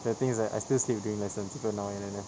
the thing is that I still sleep during lessons even now in N_S